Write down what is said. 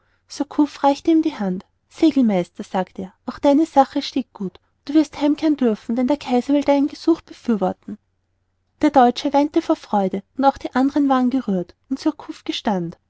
reichte ihm die hand segelmeister sagte er auch deine sache steht gut du wirst heimkehren dürfen denn der kaiser will dein gesuch befürworten der deutsche weinte vor freude auch die anderen waren gerührt und surcouf gestand